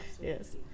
yes